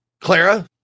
Clara